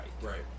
Right